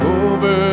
over